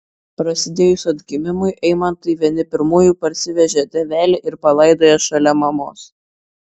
prasidėjus atgimimui eimantai vieni pirmųjų parsivežė tėvelį ir palaidojo šalia mamos